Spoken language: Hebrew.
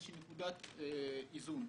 נקודת איזון.